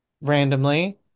Randomly